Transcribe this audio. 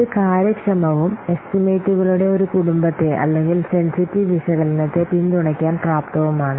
ഇത് കാര്യക്ഷമവും എസ്റ്റിമേറ്റുകളുടെ ഒരു കുടുംബത്തെ അല്ലെങ്കിൽ സെൻസിറ്റീവ് വിശകലനത്തെ പിന്തുണയ്ക്കാൻ പ്രാപ്തവുമാണ്